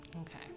Okay